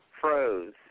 froze